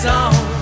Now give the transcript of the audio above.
on